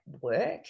work